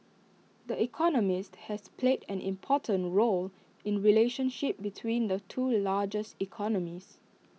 the economist has played an important role in relationship between the two largest economies